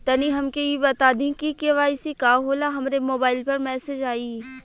तनि हमके इ बता दीं की के.वाइ.सी का होला हमरे मोबाइल पर मैसेज आई?